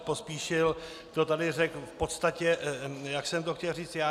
Pospíšil to tady řekl v podstatě tak, jak jsem to chtěl říci já.